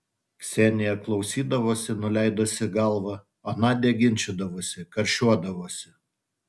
ksenija klausydavosi nuleidusi galvą o nadia ginčydavosi karščiuodavosi